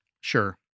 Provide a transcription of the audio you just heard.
Sure